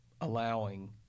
allowing